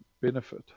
benefit